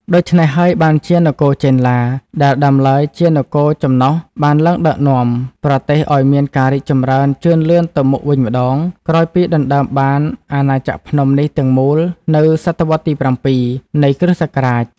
ដូច្នេះហើយ បានជានគរចេនឡា ដែលដើមឡើយជានគរចំណុះ បានឡើងដឹកនាំ ប្រទេសឱ្យមានការរីកចម្រើនជឿនលឿនទៅមុខវិញម្តង ក្រោយពីដណ្តើមបានអាណាចក្រភ្នំនេះទាំងមូលនៅសតវត្សរ៍ទី៧ នៃគ្រិស្តសករាជ។